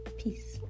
peace